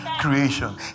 creation